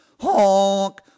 HONK